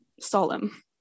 solemn